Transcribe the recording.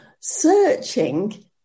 searching